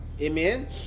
Amen